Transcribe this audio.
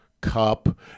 cup